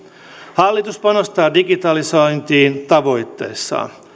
hallitus panostaa digitalisointiin tavoitteissaan